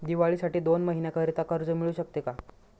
दिवाळीसाठी दोन महिन्याकरिता कर्ज मिळू शकते का?